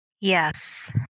Yes